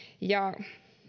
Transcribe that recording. ja